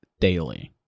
Daily